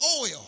oil